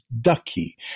Ducky